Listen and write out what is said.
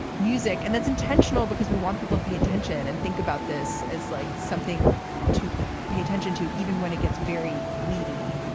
music, and that's intentional because we want people to pay attention and think about this as like something to pay attention to even when it gets very weedy